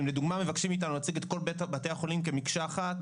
אם לדוגמה מבקשים מאיתנו להציג את כל בתי החולים כמקשה אחת,